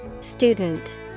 Student